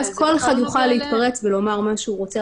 ואז כל אחד יוכל להתפרץ ולומר מה שהוא רוצה,